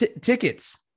tickets